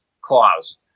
clause